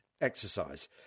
exercise